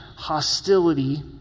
Hostility